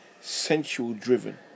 sensual-driven